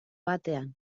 batean